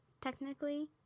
technically